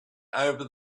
over